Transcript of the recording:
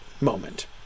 moment